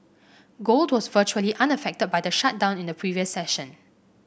gold was virtually unaffected by the shutdown in the previous session